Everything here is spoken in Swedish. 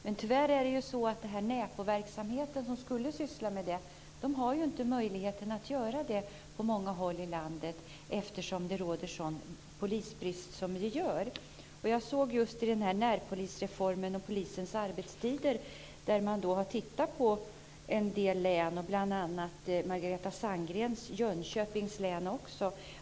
Men tyvärr har närpolisverksamheten, som skulle syssla med det här, inte möjligheten att göra det på många håll i landet, eftersom det råder en sådan polisbrist. När det gäller den här närpolisreformen och polisens arbetstider har man tittat på en del län, bl.a. Margareta Sandgrens Jönköpings län.